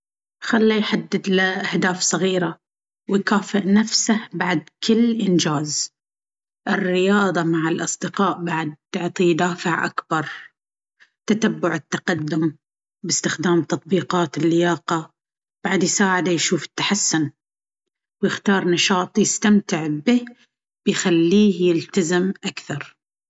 خله يحدد له أهداف صغيرة ويكافئ نفسه بعد كل إنجاز. الرياضة مع الأصدقاء بعد تعطيه دافع أكبر. تتبع التقدم باستخدام تطبيقات اللياقة بعد يساعده يشوف التحسن. ويختار نشاط يستمتع به بيخليه يلتزم أكثر.